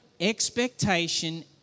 expectation